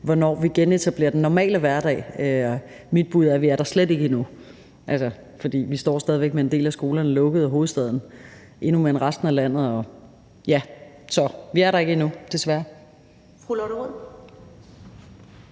hvornår vi genetablerer den normale hverdag. Mit bud er, at vi slet ikke er der endnu, fordi vi stadig væk står med en del af skolerne lukket i hovedstaden – det gælder endnu mere end i resten af landet. Så vi er der ikke endnu, desværre.